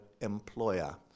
employer